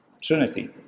Trinity